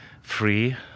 free